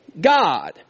God